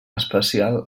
especial